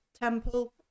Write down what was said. temple